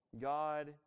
God